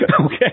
Okay